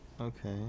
Okay